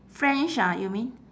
french ah you mean